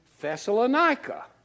Thessalonica